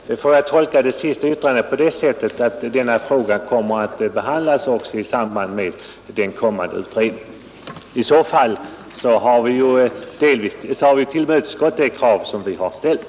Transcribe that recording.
Fru talman! Vi får väl tolka det senaste yttrandet på det sättet att frågan kommer att behandlas i samband med det kommande utredningsförslaget. I så fall har det krav som vi har ställt delvis tillmötesgåtts.